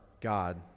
God